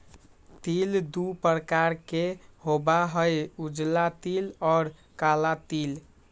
तिल दु प्रकार के होबा हई उजला तिल और काला तिल